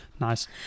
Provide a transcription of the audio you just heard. Nice